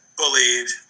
bullied